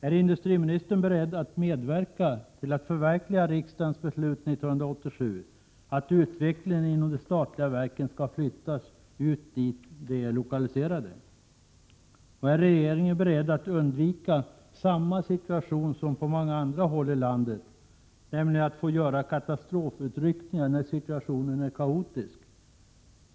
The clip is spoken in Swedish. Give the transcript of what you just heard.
Är industriministern beredd att medverka till att förverkliga riksdagens beslut 1987 att utvecklingen inom de statliga verken skall flyttas ut till orter där de är lokaliserade? Är regeringen beredd att här försöka undvika den situation som uppstått på många andra håll i landet och som innebär att man får göra katastrofutryckningar när situationen är kaotisk?